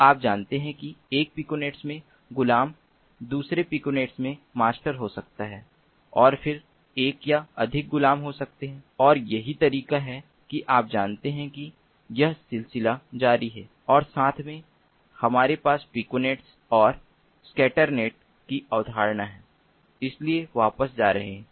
तो आप जानते हैं कि एक पिकोनेट में गुलाम दूसरे पिकोनेट में एक मास्टर हो सकता है और फिर एक या अधिक गुलाम हो सकता है और यही तरीका है कि आप जानते हैं कि यह सिलसिला जारी है और साथ में हमारे पास पिकोनेट्स और स्कैटरनेट की अवधारणा है इसलिए वापस जा रहे हैं